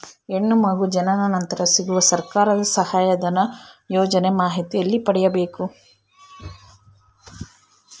ಹೆಣ್ಣು ಮಗು ಜನನ ನಂತರ ಸಿಗುವ ಸರ್ಕಾರದ ಸಹಾಯಧನ ಯೋಜನೆ ಮಾಹಿತಿ ಎಲ್ಲಿ ಪಡೆಯಬೇಕು?